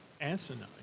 asinine